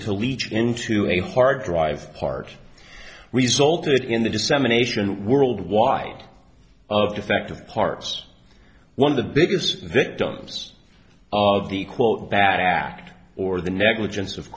to leach into a hard drive part resulted in the dissemination worldwide of defective parts one of the biggest victims of the quote bad act or the negligence of